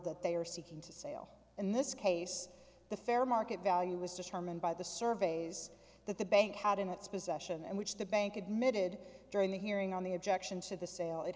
that they are seeking to sale in this case the fair market value is determined by the surveys that the bank had in its possession and which the bank admitted during the hearing on the objection to the sale